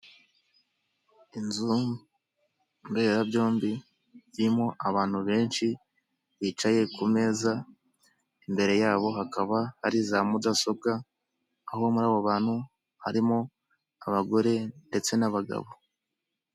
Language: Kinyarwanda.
Inzu mberabyombi, irimo abantu benshi bicaye ku meza, imbere yabo hakaba hari za mudasobwa, aho muri abo bantu harimo abagore ndetse n'abagabo.